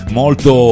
molto